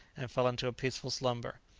and fell into a peaceful slumber.